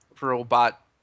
robot